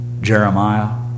Jeremiah